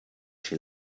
she